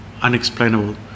unexplainable